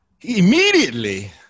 immediately